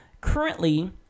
Currently